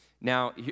Now